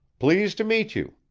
pleased to meet you,